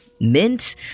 Mint